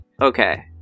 okay